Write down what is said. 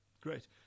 Great